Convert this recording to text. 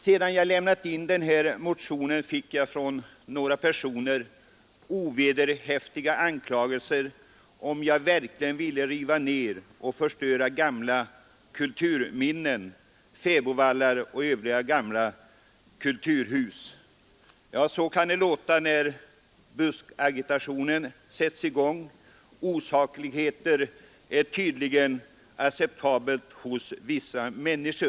Sedan jag lämnat in motionen fick jag från några personer ovederhäftiga anklagelser, och man frågade om jag verkligen vill förstöra gamla kulturminnen riva ned fäbodvallar och övriga gamla kulturhus. Ja, så kan det låta när buskagitationen sätts i gång. Osaklighet är tydligen acceptabel hos vissa människor.